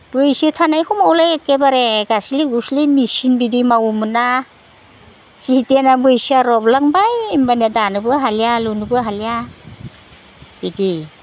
बैसो थानाय खमौलाय एखेबारे गास्लि गुस्लि मेचिन बायदि मावोमोन ना जिथयाना बैसोआ रलांबाय होमबानिया दानोबो हालिया लुनोबो हालिया बिदि